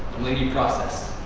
way you process.